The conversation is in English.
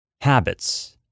habits